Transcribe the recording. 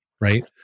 right